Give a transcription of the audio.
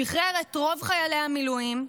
שחרר את רוב חיילי המילואים,